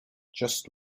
just